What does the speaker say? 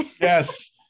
Yes